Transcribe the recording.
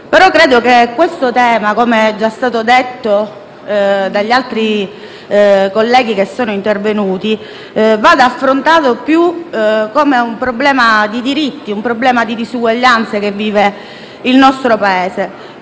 tuttavia che questo tema - come è già stato detto dagli altri colleghi che sono intervenuti - vada affrontato più come un problema di diritti e di disuguaglianze che vive il nostro Paese.